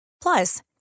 Plus